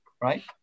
right